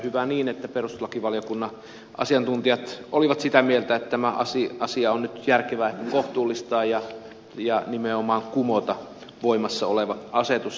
hyvä niin että perustuslakivaliokunnan asiantuntijat olivat sitä mieltä että tämä asia on nyt järkevä kohtuullistaa ja nimenomaan kumota voimassa oleva asetus